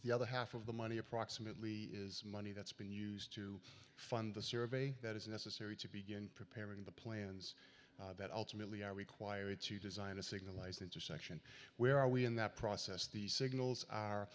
the other half of the money approximately is money that's been used to fund the survey that is necessary to begin preparing the plans that ultimately are required to design a signalized intersection where are we in that process the signals are